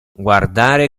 guardare